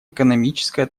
экономическая